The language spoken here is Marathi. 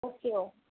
ओके ओ